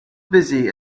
busy